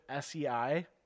SEI –